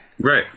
Right